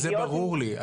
זה ברור לי.